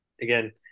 again